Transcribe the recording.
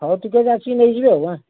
ହଉ ଟିକିଏ ଯଦି ଆସିକି ନେଇଯିବେ ଆଉ